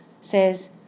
says